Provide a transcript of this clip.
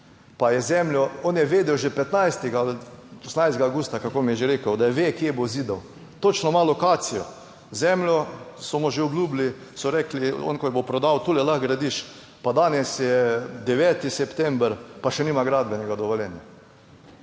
pa je zemljo, on je vedel že 15., 16. avgusta ali kako mi je že rekel, da ve, kje bo zidal, točno ima lokacijo, zemljo so mu že obljubili, so rekli, on, ko jo bo prodal, tule lahko gradiš, pa danes je 9. september, pa še nima gradbenega dovoljenja.